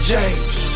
James